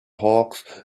hawks